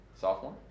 Sophomore